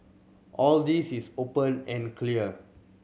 all this is open and clear